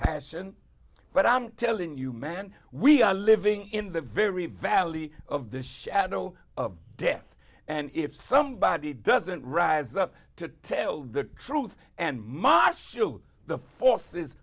passion but i'm telling you man we are living in the very valley of the shadow of death and if somebody doesn't rise up to tell the truth and massu the fo